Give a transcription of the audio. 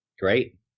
Great